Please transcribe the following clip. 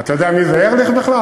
איך אמר ארליך?